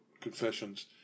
confessions